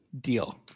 deal